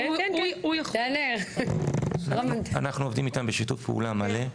אנחנו עובדים איתם בשיתוף פעולה מלא.